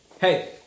Hey